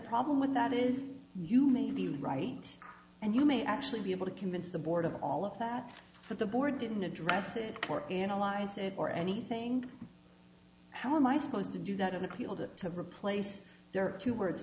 problem with that is you may be right and you may actually be able to convince the board of all of that that the board didn't address it or analyze it or anything how am i supposed to do that an appeal to replace their two w